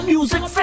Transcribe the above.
Music